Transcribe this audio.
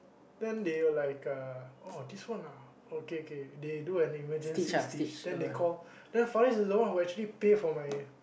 then they were like uh oh this one ah okay okay they do an emergency stitch then they call then Fariz is the one who actually pay for my